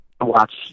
watch